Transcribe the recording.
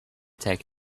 take